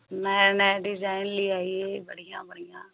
नया नया डिजाइन ले आइए बढ़िया बढ़िया